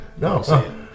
No